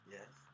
Yes